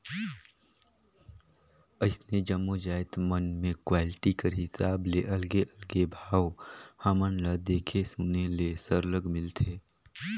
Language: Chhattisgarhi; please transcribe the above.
अइसने जम्मो जाएत मन में क्वालिटी कर हिसाब ले अलगे अलगे भाव हमन ल देखे सुने ले सरलग मिलथे